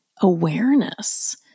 awareness